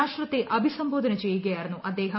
രാഷ്ട്രത്തെ അഭിസംബോധന ചെയ്യുകയായിരുന്നു അദ്ദേഹം